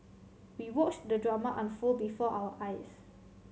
we watched the drama unfold before our eyes